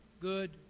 good